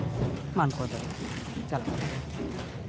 ᱢᱟᱱᱠᱚᱲ ᱫᱷᱟᱹᱨᱤᱡ ᱤᱧ ᱪᱟᱞᱟᱜ ᱠᱟᱱ ᱛᱟᱦᱮᱸᱫᱼᱟ